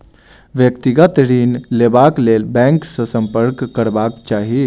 व्यक्तिगत ऋण लेबाक लेल बैंक सॅ सम्पर्क करबाक चाही